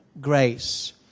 grace